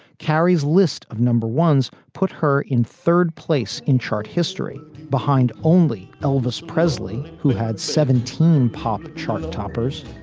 carrie's list of number ones put her in third place in chart history, behind only elvis presley, who had seventeen pop chart toppers,